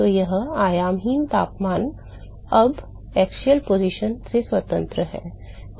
तो वह आयामहीन तापमान अब अक्षीय स्थिति से स्वतंत्र है